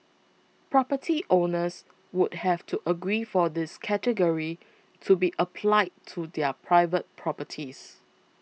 property owners would have to agree for this category to be applied to their private properties